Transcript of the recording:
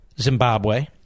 Zimbabwe